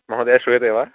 महोदय श्रूयते वा